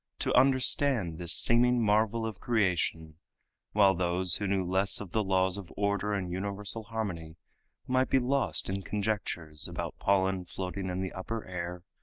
to understand this seeming marvel of creation while those who knew less of the laws of order and universal harmony might be lost in conjectures about pollen floating in the upper air,